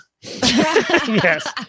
Yes